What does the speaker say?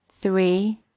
three